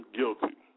guilty